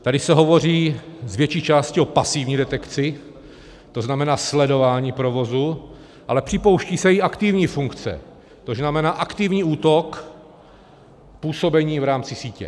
Tady se hovoří z větší části o pasivní detekci, to znamená sledování provozu, ale připouští se i aktivní funkce, to znamená aktivní útok působení v rámci sítě.